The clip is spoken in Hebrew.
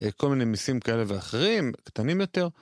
כל מיני מיסים כאלה ואחרים, קטנים יותר.